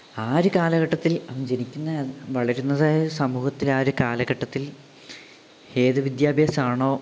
ആ ഒരു കാലഘട്ടത്തിൽ അവൻ ജനിക്കുന്ന വളരുന്നതായ സമൂഹത്തിൽ ആ ഒരു കാലഘട്ടത്തിൽ ഏത് വിദ്യാഭ്യാസമാണോ